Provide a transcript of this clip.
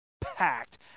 packed